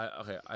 Okay